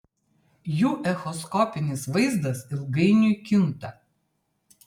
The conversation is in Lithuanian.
jų echoskopinis vaizdas ilgainiui kinta